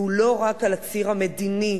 והוא לא רק על הציר המדיני,